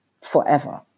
forever